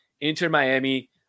Inter-Miami